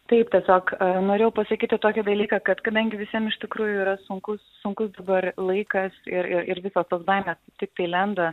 taip tiesiog norėjau pasakyti tokį dalyką kad kadangi visiem iš tikrųjų yra sunkus sunkus dabar laikas ir ir ir visos tos baimės tiktai lenda